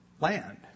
land